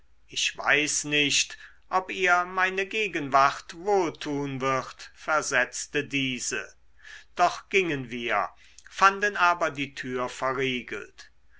ich weiß nicht ob ihr meine gegenwart wohl tun wird versetzte diese doch gingen wir fanden aber die tür verriegelt